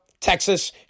Texas